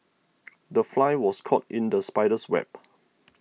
the fly was caught in the spider's web